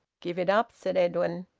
give it up, said edwin.